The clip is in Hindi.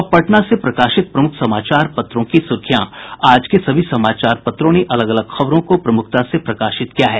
अब पटना से प्रकाशित प्रमुख समाचार पत्रों की सुर्खियां आज के सभी समाचार पत्रों ने अलग अलग खबरों को प्रमुखता से प्रकाशित किया है